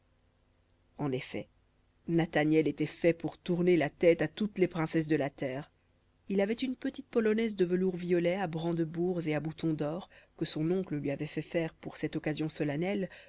en effet nathaniel était fait pour tourner la tête à toutes les princesses de la terre il avait une petite polonaise de velours violet à brandebourgs et à boutons d'or que son oncle lui avait fait faire pour cette occasion solennelle